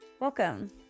Welcome